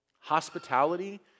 Hospitality